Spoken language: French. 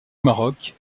maroc